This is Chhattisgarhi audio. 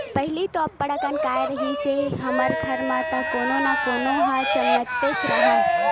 पहिली तो अब्बड़ अकन गाय रिहिस हे हमर घर म त कोनो न कोनो ह जमनतेच राहय